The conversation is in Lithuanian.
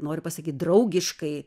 noriu pasakyt draugiškai